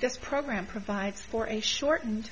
this program provides for a shortened